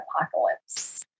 apocalypse